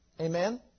Amen